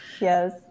Yes